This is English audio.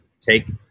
take